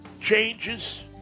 changes